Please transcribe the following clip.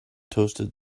toasted